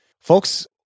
folks